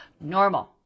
Normal